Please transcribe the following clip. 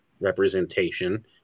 representation